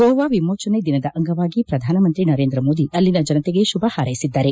ಗೋವಾ ವಿಮೋಚನೆ ದಿನದ ಅಂಗವಾಗಿ ಪ್ರಧಾನಮಂತಿ ನರೇಂದ್ರಮೋದಿ ಅಲ್ಲಿನ ಜನತೆಗೆ ಶುಭ ಹಾರೈಸಿದ್ದಾರೆ